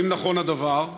1. האם נכון הדבר?